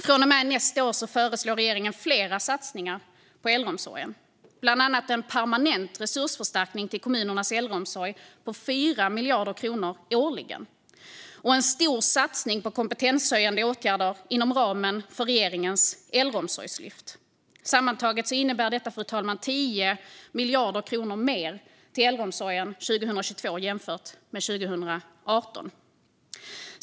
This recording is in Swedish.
Från och med nästa år föreslår regeringen flera satsningar på äldreomsorgen, bland annat en permanent resursförstärkning till kommunernas äldreomsorg på 4 miljarder kronor årligen och en stor satsning på kompetenshöjande åtgärder inom ramen för regeringens äldreomsorgslyft. Detta innebär sammantaget 10 miljarder kronor mer till äldreomsorgen 2022 jämfört med 2018, fru talman.